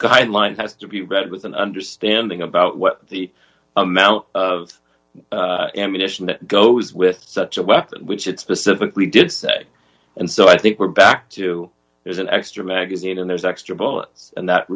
guidelines have to be read with an understanding about what the amount of ammunition that goes with such a weapon which it specifically did and so i think we're back to there's an extra magazine and there's extra bullets and that